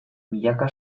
milaka